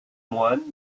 moines